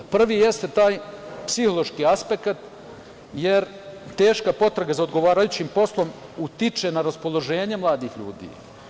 Prvi jeste taj psihološki aspekat, jer teška potraga za odgovarajućim poslom utiče na raspoloženje mladih ljudi.